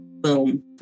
boom